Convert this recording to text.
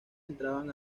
entraban